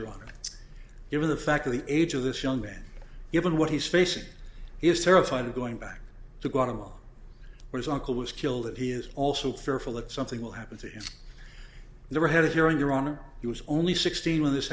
your honor given the fact of the age of this young man given what he's facing is terrified of going back to guatemala where uncle was killed and he is also fearful that something will happen to their head if you're on your own he was only sixteen when this